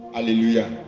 Hallelujah